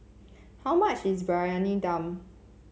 how much is Briyani Dum